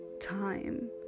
time